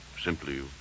simply